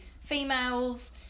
females